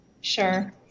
Sure